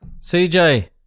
CJ